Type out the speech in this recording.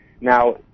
Now